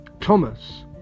Thomas